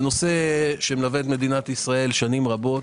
זה נושא שמלווה את מדינת ישראל שנים רבות.